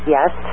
Yes